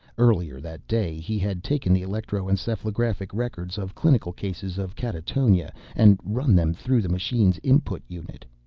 earlier that day he had taken the electroencephalographic records of clinical cases of catatonia and run them through the machine's input unit.